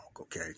okay